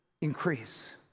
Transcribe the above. increase